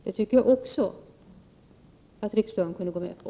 Det tycker jag också att riksdagen kunde gå med på.